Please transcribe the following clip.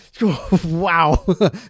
wow